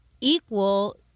equal